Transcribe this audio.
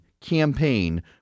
campaign